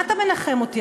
מה אתה מנחם אותי,